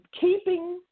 keeping